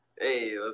Hey